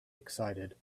excited